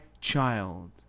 child